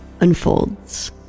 unfolds